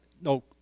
No